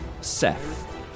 Seth